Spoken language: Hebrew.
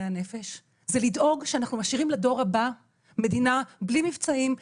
הנפש זה לדאוג שאנחנו משאירים לדור הבא מדינה בלי מבצעים,